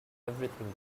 everything